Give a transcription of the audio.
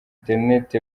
internet